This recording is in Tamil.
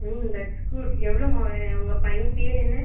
ம் தட்ஸ் குட் எவ்வளோ மா உங்கள் பையன் பெயரு என்ன